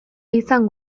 izan